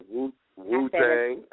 Wu-Tang